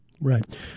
Right